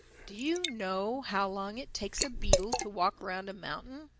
do you know how long it takes a beetle to walk round a mountain?